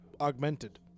augmented